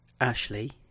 Ashley